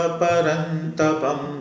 parantapam